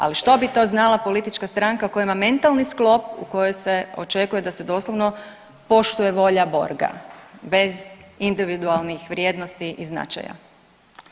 Ali što bi to znala politička stranka koja ima mentalni sklop u kojoj se očekuje da se doslovno volja Borga bez individualnih vrijednosti i značaja?